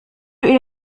إلى